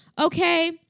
Okay